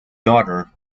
daughter